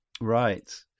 Right